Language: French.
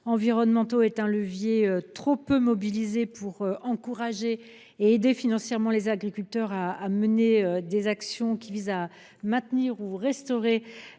PSE sont un levier trop peu mobilisé pour encourager et aider financièrement les agriculteurs à mener des actions visant à maintenir ou à restaurer